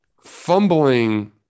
fumbling –